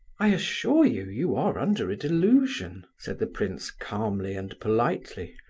i assure you, you are under a delusion, said the prince, calmly and politely.